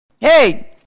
hey